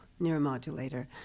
neuromodulator